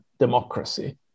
democracy